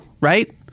right